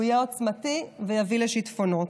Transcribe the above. הוא יהיה עוצמתי ויביא לשיטפונות.